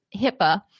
HIPAA